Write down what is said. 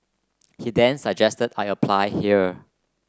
he then suggested I apply here